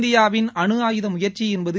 இந்தியாவின் அனு ஆயுத முயற்சி என்பது